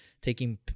taking